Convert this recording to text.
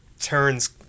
turns